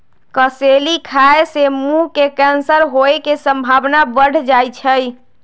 कसेली खाय से मुंह के कैंसर होय के संभावना बढ़ जाइ छइ